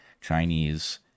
Chinese